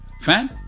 Fan